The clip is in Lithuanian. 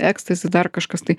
ekstazi dar kažkas tai